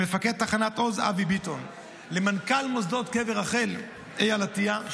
למפקד תחנת עוז אבי ביטון ולמנכ"ל מוסדות קבר רחל אייל עטייה,